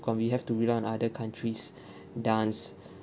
come we have to rely on other countries dance